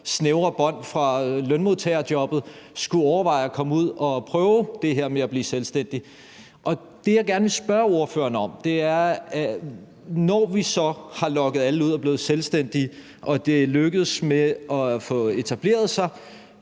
snævre bånd fra lønmodtagerjobbet, skulle overveje at komme ud og prøve det her med at blive selvstændig. Der vil jeg gerne spørge ordføreren om, hvorfor ordføreren og ordførerens parti, når vi så har lokket alle ud og de er blevet selvstændige og det er lykkes dem at få etableret sig